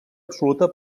absoluta